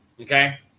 Okay